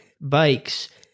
bikes